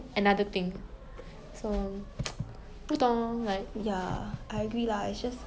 ya ya that's true